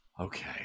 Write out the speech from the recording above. Okay